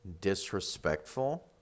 disrespectful